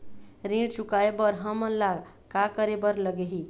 ऋण चुकाए बर हमन ला का करे बर लगही?